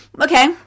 Okay